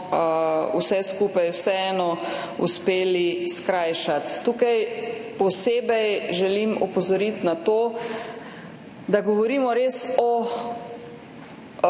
vse skupaj vseeno uspeli skrajšati. Tukaj želim posebej opozoriti na to, da govorimo res o